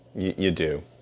you do.